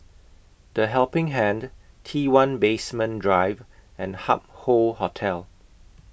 The Helping Hand T one Basement Drive and Hup Hoe Hotel